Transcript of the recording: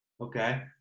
Okay